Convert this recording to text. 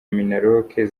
minaloc